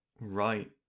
Right